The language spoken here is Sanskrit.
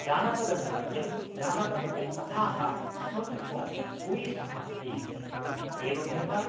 जानपदनृत्यं जानपदकथाः संस्कृतभूयिष्ठमस्ति एवमेव